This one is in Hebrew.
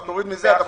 אז תוריד מזה.